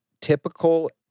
typical